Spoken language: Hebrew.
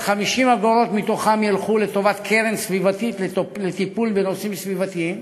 50 אגורות מתוכן ילכו לטובת קרן סביבתית לטיפול בנושאים סביבתיים,